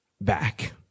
back